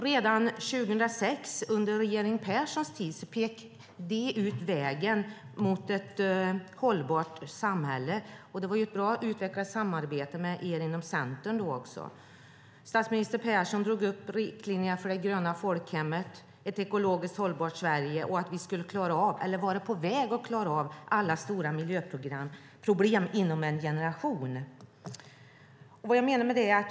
Redan 2006, under regeringen Persson, pekade vi ut vägen mot ett hållbart samhälle. Det var ett bra och utvecklat samarbete mellan regeringen och Centern då. Statsminister Persson drog upp riktlinjerna för det gröna folkhemmet, ett ekologiskt hållbart Sverige och att vi skulle vara på väg att klara av alla stora miljöproblem inom en generation.